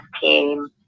team